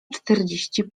czterdzieści